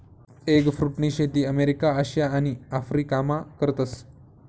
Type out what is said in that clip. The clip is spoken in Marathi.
एगफ्रुटनी शेती अमेरिका, आशिया आणि आफरीकामा करतस